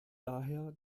daher